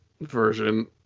Version